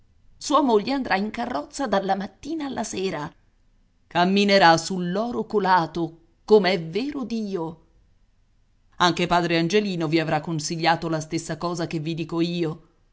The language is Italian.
sua moglie andrà in carrozza dalla mattina alla sera camminerà sull'oro colato come è vero dio anche padre angelino vi avrà consigliato la stessa cosa che vi dico io